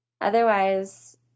otherwise